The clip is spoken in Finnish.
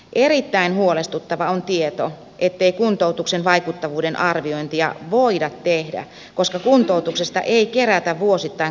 erittäin huolestuttava on tieto ettei kuntoutuksen vaikuttavuuden arviointia voida tehdä koska kuntoutuksesta ei kerätä vuosittain kattavaa tietoa